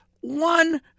one